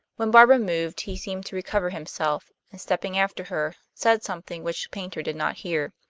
when barbara moved he seemed to recover himself, and stepping after her, said something which paynter did not hear.